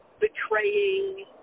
betraying